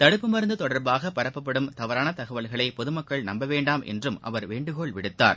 தடுப்பு மருந்து தொடர்பாக பரப்பப்படும் தவறான தகவல்களை பொதுமக்கள் நம்ப வேண்டாம் என்றும் அவர் வேண்டுகோள் விடுத்தார்